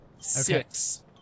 six